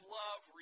love